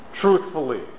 truthfully